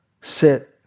sit